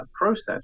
process